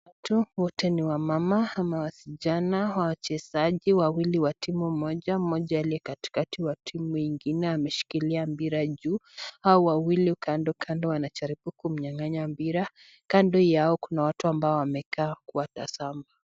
Naona watu ,wote ni wamama ama waschana wachezaji wawili wa timu moja, mmoja aliye katikati wa timu ingine ameshikilia mpira juu, hao wawili kando kando wanajaribu kumnyang'anya mpira kando yao kuna watu ambao wamekaa kuwatazama.